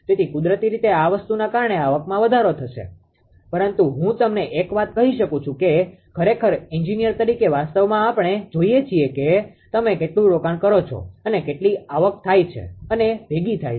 તેથી કુદરતી રીતે આ વસ્તુના કારણે આવકમાં વધારો થશે પરંતુ હું તમને એક વાત કહી શકું છું કે ખરેખર એન્જિનિયર તરીકે વાસ્તવમાં આપણે જોઈએ છીએ કે તમે કેટલું રોકાણ કરો છો અને કેટલી આવક થાય છે અથવા ભેગી થાય છે